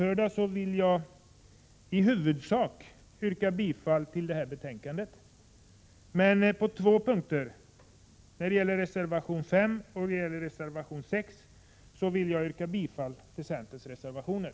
Jag yrkar bifall till centerns reservationer 5 och 6 samt i övrigt till utskottets hemställan.